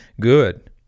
Good